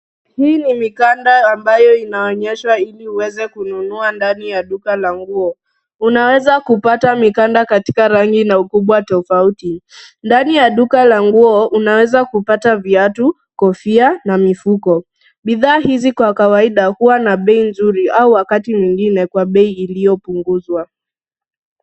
Hii ni mikanda ambayo inaonyeshwa ili uweze kununua ndani ya duka la nguo. Unaweza kupata mikanda katika rangi na ukubwa tofauti. Ndani ya duka la nguo unaweza kupata viatu, kofia na mifuko. Bidhaa hizi kwa ukawaida huwa na bei nzuri au wakati mwengine kwa bei iliyopunguzwa.